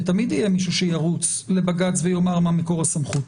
כי תמיד יהיה מישהו שירוץ לבג"ץ ויאמר מה מקור הסמכות.